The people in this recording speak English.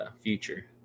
future